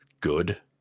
good